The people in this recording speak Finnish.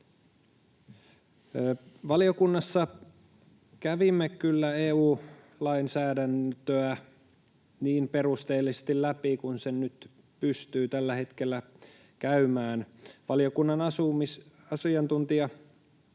Valiokunnassa kävimme kyllä EU-lainsäädäntöä läpi niin perusteellisesti kuin sen nyt pystyy tällä hetkellä käymään. Valiokunnan asiantuntijaselvitysten